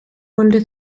wander